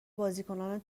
بازیکنان